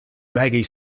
maggie